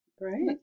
Right